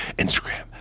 Instagram